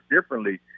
differently